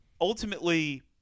ultimately